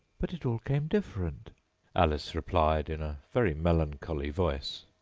but it all came different alice replied in a very melancholy voice.